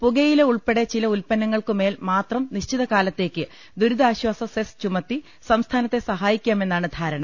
പുകയില ഉൾപ്പെട്ടെ ചില ഉത്പ ന്നങ്ങൾക്കുമേൽ മാത്രം നിശ്ചിത കാലത്തേക്ക് ദുരിതാശ്ചാസ സെസ് ചുമത്തി സംസ്ഥാനത്തെ സഹായിക്കാമെന്നാണ് ധാര ണ